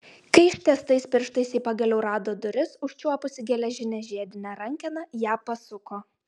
kai ištiestais pirštais ji pagaliau rado duris užčiuopusi geležinę žiedinę rankeną ją pasuko